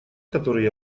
которые